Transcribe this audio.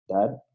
dad